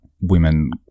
women